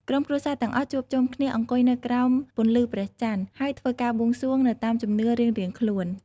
ក្រុមគ្រួសារទាំងអស់ជួបជុំគ្នាអង្គុយនៅក្រោមពន្លឺព្រះច័ន្ទ ហើយធ្វើការបួងសួងទៅតាមជំនឿរៀងៗខ្លួន។